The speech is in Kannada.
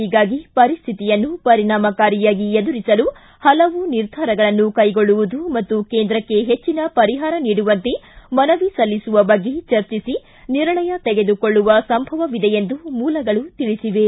ಹೀಗಾಗಿ ಪರಿಸ್ಥಿತಿಯನ್ನು ಪರಿಣಾಮಕಾರಿಯಾಗಿ ಎದುರಿಸಲು ಹಲವು ನಿರ್ಧಾರಗಳನ್ನು ಕೈಗೊಳ್ಳುವುದು ಮತ್ತು ಕೇಂದ್ರಕ್ಕೆ ಹೆಚ್ಚನ ಪರಿಹಾರ ನೀಡುವಂತೆ ಮನವಿ ಸಲ್ಲಿಸುವ ಬಗ್ಗೆ ಚರ್ಚಿಸಿ ನಿರ್ಣಯ ತೆಗೆದುಕೊಳ್ಳುವ ಸಂಭವವಿದೆ ಎಂದು ಮೂಲಗಳು ತಿಳಿಸಿವೆ